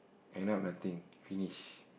end up nothing finish